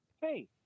Hey